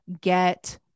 get